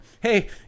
Hey